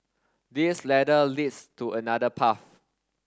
this ladder leads to another path